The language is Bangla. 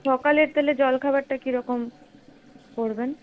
সকালের তাহলে জলখাবারটা কিরকম করবেন